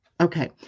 Okay